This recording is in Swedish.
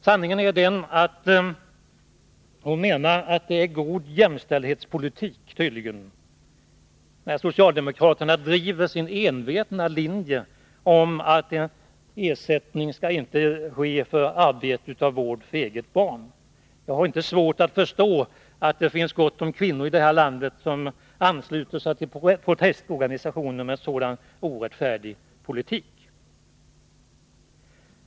Sanningen är den att hon tydligen menar att det är god jämställdhetspolitik när socialdemokraterna driver sin envetna linje om att arbetet att vårda egna barn inte skall ersättas. Jag har inte svårt att förstå att det finns gott om kvinnor i det här landet som ansluter sig till protestorganisationer — mot bakgrund av en så orättfärdig politik.